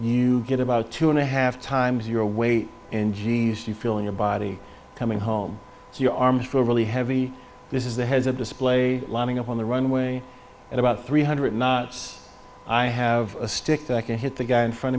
you get about two and a half times your weight and g s you feel your body coming home your arms were really heavy this is the heads up display lining up on the runway at about three hundred knots i have a stick that i can hit the guy in front